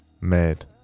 made